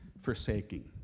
forsaking